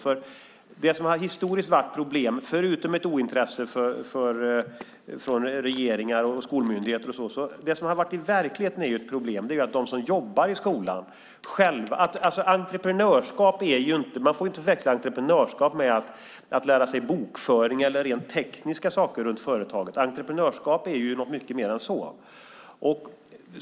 Det som historiskt och i verkligheten har varit problemet, förutom ett ointresse från regeringar, skolmyndigheter och så vidare, är att de som jobbar i skolan själva inte är entreprenörer. Man får inte förväxla entreprenörskap med att lära sig bokföring eller rent tekniska saker runt företag. Entreprenörskap är något mycket mer än så.